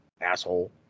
asshole